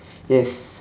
yes